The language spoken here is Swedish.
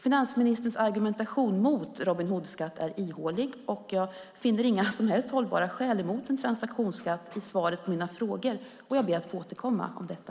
Finansministerns argumentation mot en Robin Hood-skatt är ihålig, och jag finner inga som helst hållbara skäl mot en transaktionsskatt i svaret på mina frågor, och jag ber att få återkomma om detta.